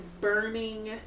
burning